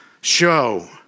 show